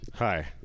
Hi